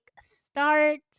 start